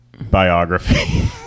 Biography